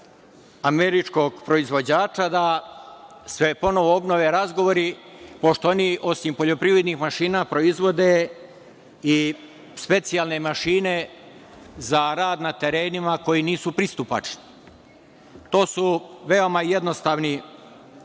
američkog proizvođača, da se ponovo obnove razgovori, pošto oni osim poljoprivrednih mašina proizvode i specijalne mašine za rad na terenima koji nisu pristupačni. To su veoma jednostavni